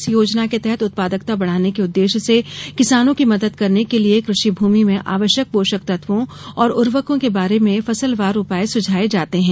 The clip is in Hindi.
इस योजना के तहत उत्पादकता बढ़ाने के उद्वेश्य से किसानों की मदद करने के लिये कृषि भूमि में आवश्यक पोषक तत्वों और उर्वरकों के बारे में फसलवार उपाय सुझाये जाते हैं